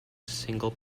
single